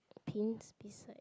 paint this side